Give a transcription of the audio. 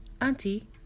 auntie